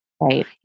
right